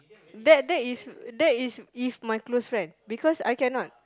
that that is that is if my close friend because I cannot